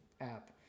app